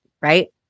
right